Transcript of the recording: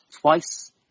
twice